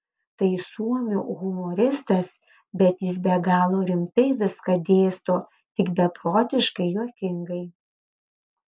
tai suomių humoristas bet jis be galo rimtai viską dėsto tik beprotiškai juokingai